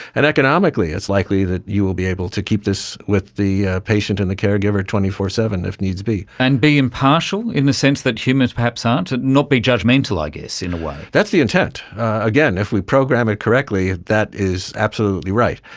and economically it's likely that you will be able to keep this with the patient and the caregiver two four zero seven if needs be. and be impartial in the sense that humans perhaps aren't? not be judgemental i guess, in a way. that's the intent. again, if we program it correctly, that is absolutely right.